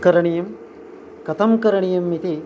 करणीयं कथं करणीयम् इति